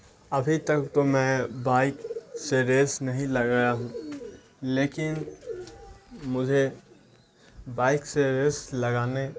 ابھی تک تو میں بائک سے ریس نہیں لگایا ہوں لیکن مجھے بائک سے ریس لگانے